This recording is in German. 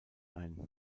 ein